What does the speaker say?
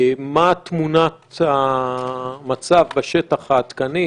מה תמונת המצב העדכנית בשטח.